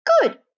Good